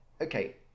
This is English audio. okay